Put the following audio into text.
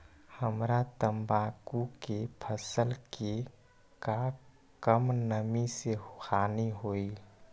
हमरा तंबाकू के फसल के का कम नमी से हानि होई?